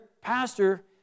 pastor